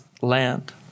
land